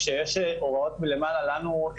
כשיש הוראות מלמעלה לנו,